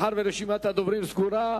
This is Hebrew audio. רשימת הדוברים סגורה.